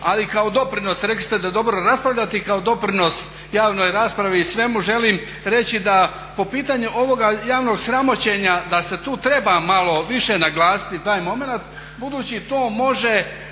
Ali kao doprinos rekli ste da dobro raspravljate i kao doprinos javnoj raspravi i svemu želim reći da po pitanju ovoga javnog sramoćenja da se tu treba malo više naglasiti taj momenat budući to može